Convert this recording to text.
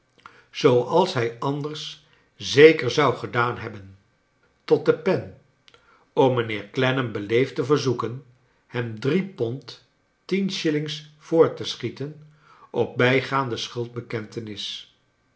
zooals hij anders zeker zou gedaan hebben tot de pen om mijnheer clennam beleefd te verzoeken hem drie pond tien shillings voor te schieten op bijgaande